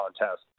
contest